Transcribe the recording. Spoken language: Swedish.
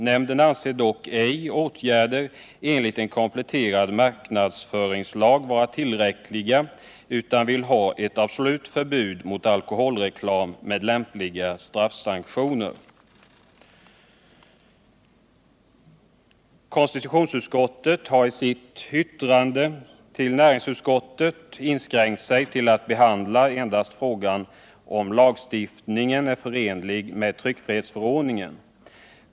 Nämnden anser dock ej åtgärder enligt en kompletterad marknadsföringslag vara tillräckliga utan vill ha ett absolut förbud mot alkoholreklam med lämpliga straffsanktioner. Konstitutionsutskottet har i sitt yttrande till näringsutskottet inskränkt sig till att behandla endast frågan om huruvida lagstiftningen är förenlig med tryckfrihetsförordningen.